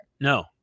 No